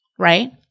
right